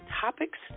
topics